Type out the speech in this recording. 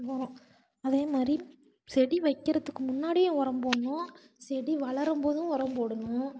உரம் அதே மாதிரி செடி வைக்கிறதுக்கும் முன்னாடியும் உரம் போடணும் செடி வளரும் போதும் உரம் போடணும்